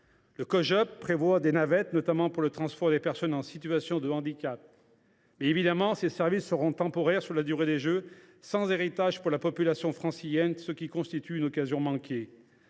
Le Cojop prévoit des navettes, notamment pour le transport des personnes en situation de handicap. Bien évidemment, ces services seront temporaires et sont prévus pour la durée des Jeux, sans héritage pour la population francilienne ; c’est une occasion manquée.